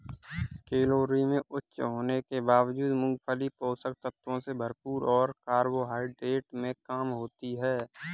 calorie में उच्च होने के बावजूद, मूंगफली पोषक तत्वों से भरपूर और कार्बोहाइड्रेट में कम होती है